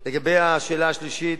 לגבי השאלה השלישית: